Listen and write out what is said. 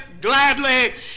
gladly